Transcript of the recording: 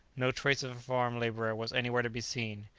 no trace of a farm-labourer was anywhere to be seen!